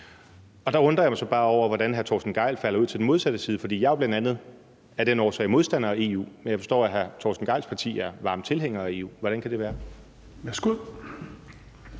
Der undrer jeg mig så bare over, hvorfor hr. Torsten Gejl falder ud til den modsatte side, for jeg er jo bl.a. af den årsag modstander af EU, og jeg forstår, at hr. Torsten Gejls parti er varme tilhængere af EU. Hvordan kan det være?